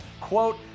quote